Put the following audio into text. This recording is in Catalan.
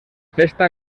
festa